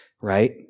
right